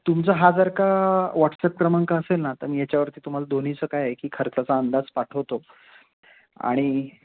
तुमचा हा जर का वॉट्सॲप क्रमांक असेल ना तर मी याच्यावरती तुम्हाला दोन्हीचं काय आहे की खर्चाचा अंदाज पाठवतो आणि